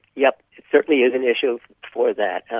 yep, it certainly is an issue for that.